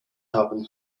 haben